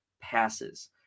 passes